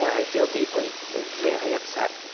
i feel deeply and very upset.